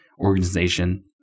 organization